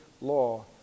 law